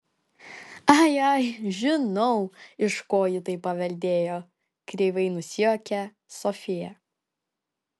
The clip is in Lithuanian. ai ai žinau iš ko ji tai paveldėjo kreivai nusijuokė sofija